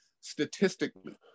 statistically